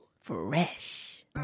Fresh